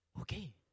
okay